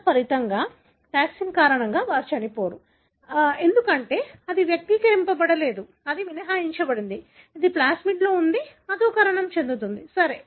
తత్ఫలితంగా టాక్సిన్ కారణంగా వారు చనిపోరు ఎందుకంటే అది వ్యక్తపరచబడలేదు ఎందుకంటే అది మినహాయించబడింది ఇది ప్లాస్మిడ్లో ఉండి అధోకరణం చెందుతుంది సరి